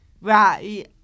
right